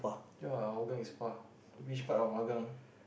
ya Hougang is far which part of Hougang